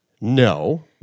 No